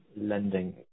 lending